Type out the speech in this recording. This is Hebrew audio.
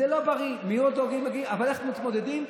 זה לא בריא, אבל איך מתמודדים?